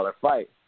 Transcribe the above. fight